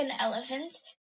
elephants